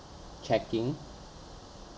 checking